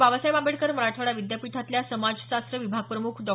बाबासाहेब आंबेडकर मराठवाडा विद्यापीठातील समाजशास्त्र विभागप्रम्ख डॉ